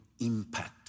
impact